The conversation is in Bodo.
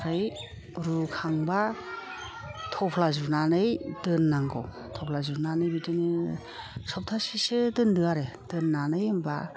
ओमफ्राय रुखांबा थफ्ला जुनानै दोननांगौ थफ्ला जुनानै बिदिनो सबथासेसो दोन्दो आरो दोनानै होनबा